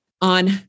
on